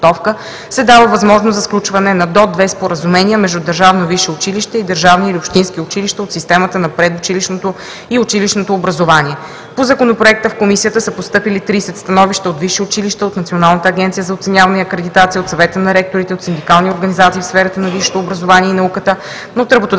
подготовка се дава възможност за сключване на до две споразумения между държавно висше училище и държавни или общински училища от системата на предучилищното и училищното образование. По Законопроекта в Комисията са постъпили 30 становища от висши училища, от Националната агенция за оценяване и акредитация, от Съвета на ректорите, от синдикални организации в сферата на висшето образование и науката, от работодателски и от